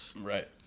Right